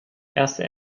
erste